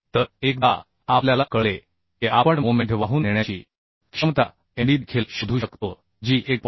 तर एकदा आपल्याला कळले की आपण मोमेंट वाहून नेण्याची क्षमता MD देखील शोधू शकतो जी 1